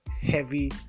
heavy